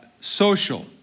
social